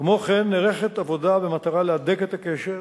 כמו כן נערכת עבודה במטרה להדק את הקשר,